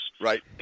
Right